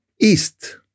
east